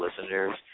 listeners